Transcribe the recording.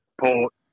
Port